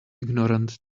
ignorant